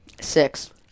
Six